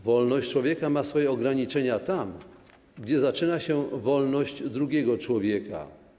Wolność człowieka ma swoje ograniczenia tam, gdzie zaczyna się wolność drugiego człowieka.